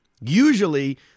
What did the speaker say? Usually